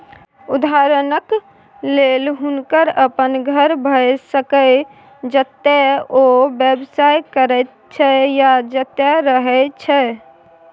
उदहारणक लेल हुनकर अपन घर भए सकैए जतय ओ व्यवसाय करैत छै या जतय रहय छै